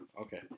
Okay